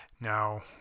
Now